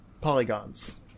polygons